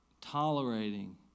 tolerating